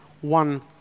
one